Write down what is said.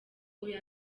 oya